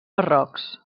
barrocs